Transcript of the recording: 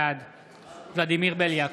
בעד ולדימיר בליאק,